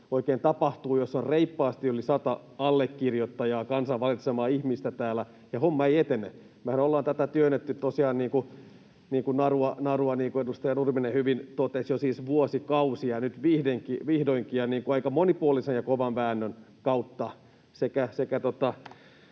oikein tapahtuu, jos on reippaasti yli sata allekirjoittajaa, kansan valitsemaa ihmistä, täällä, ja homma ei etene. Mehän ollaan tätä työnnetty tosiaan kuin narua, niin kuin edustaja Nurminen hyvin totesi, jo siis vuosikausia, ja nyt vihdoinkin aika monipuolisen ja kovan väännön kautta